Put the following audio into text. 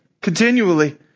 continually